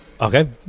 Okay